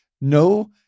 No